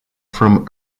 from